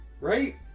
right